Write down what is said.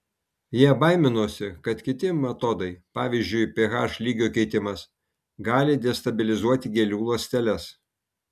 jie baiminosi kad kiti metodai pavyzdžiui ph lygio keitimas gali destabilizuoti gėlių ląsteles